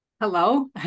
Hello